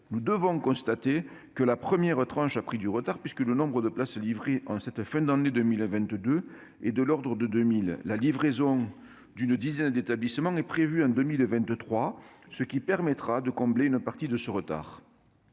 Nous devons constater que la première tranche a pris du retard, puisque le nombre de places livrées en cette fin d'année 2022 est de l'ordre de 2 000. La livraison d'une dizaine d'établissements est prévue en 2023, ce qui permettra de combler une partie de ce retard.